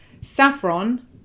saffron